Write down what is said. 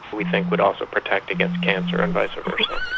we think would also protect against cancer and vice versa.